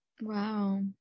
Wow